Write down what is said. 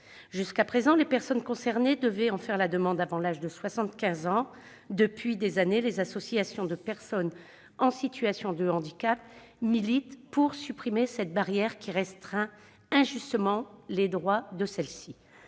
Jusqu'à présent, les personnes concernées devaient entamer la démarche avant 75 ans, mais depuis des années, les associations de personnes en situation de handicap militent pour supprimer cette barrière qui restreint injustement les droits de celles-ci.